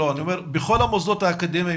בכל המוסדות האקדמיים,